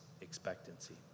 expectancy